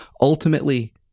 ultimately